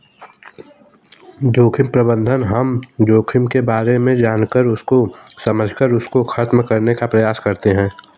जोखिम प्रबंधन हम जोखिम के बारे में जानकर उसको समझकर उसको खत्म करने का प्रयास करते हैं